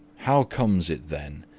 how comes it, then,